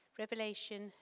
Revelation